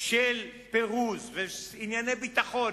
של פירוז ושל ענייני ביטחון,